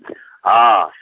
दी हँ